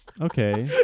Okay